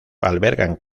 albergan